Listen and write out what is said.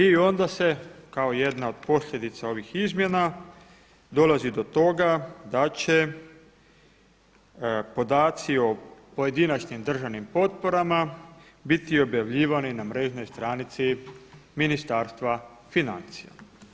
I onda se kao jedna od posljedica ovih izmjena dolazi do toga da će podaci od pojedinačnim državnim potporama biti objavljivani na mrežnoj stranici Ministarstva financija.